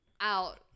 out